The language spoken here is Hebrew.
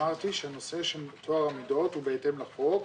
אמרתי שנושא של טוהר המידות הוא בהתאם לחוק.